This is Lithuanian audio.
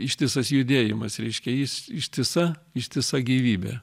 ištisas judėjimas reiškia jis ištisa ištisa gyvybė